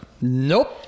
Nope